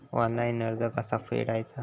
Online कर्ज कसा फेडायचा?